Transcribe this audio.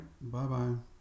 bye-bye